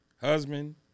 husband